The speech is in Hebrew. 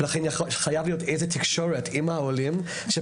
לכן חייבת להיות תקשורת עם העולים כך